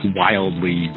wildly